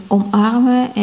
omarmen